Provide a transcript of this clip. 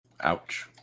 ouch